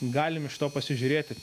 galim iš to pasižiūrėti